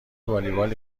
والیبال